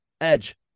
edge